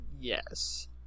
yes